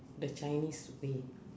the chinese way